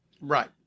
right